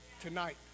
tonight